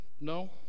no